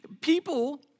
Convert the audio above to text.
people